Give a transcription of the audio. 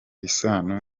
isano